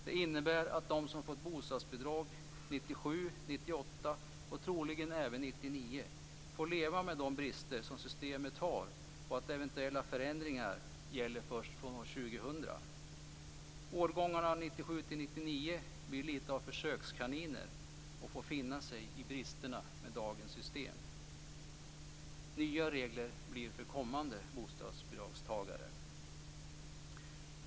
Det innebär att de som har fått bostadsbidrag 1997, 1998 och troligen även 1999 får leva med de brister som systemet har och att eventuella förändringar gäller först från år 2000. Årgångarna 1997-1999 blir lite av försökskaniner och får finna sig i bristerna med dagens system. Nya regler blir för kommande bostadsbidragstagare.